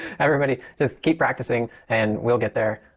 everybody just keep practicing and we'll get there.